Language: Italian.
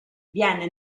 viene